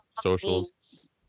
socials